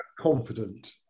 confident